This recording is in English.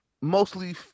mostly